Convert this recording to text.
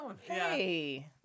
Hey